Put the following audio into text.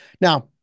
now